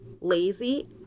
lazy